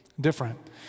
different